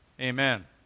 Amen